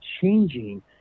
changing